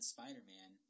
Spider-Man